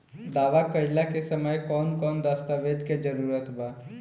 दावा कईला के समय कौन कौन दस्तावेज़ के जरूरत बा?